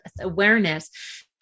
awareness